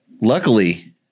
luckily